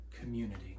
community